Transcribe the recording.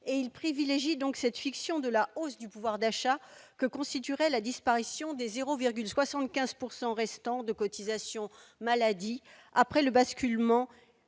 et il privilégie donc cette fiction de la hausse du pouvoir d'achat que constituerait la disparition des 0,75 pourcent restants restants de cotisations maladie après le basculement